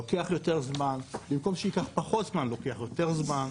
לוקח יותר זמן במקום שייקח פחות זמן לוקח יותר זמן,